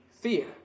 fear